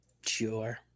Sure